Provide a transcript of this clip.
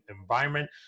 environment